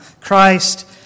Christ